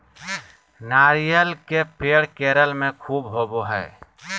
नारियल के पेड़ केरल में ख़ूब होवो हय